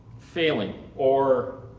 failing or